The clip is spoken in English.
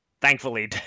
Thankfully